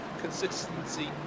consistency